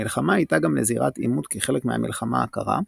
המלחמה הייתה גם לזירת עימות כחלק מהמלחמה הקרה,